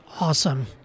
Awesome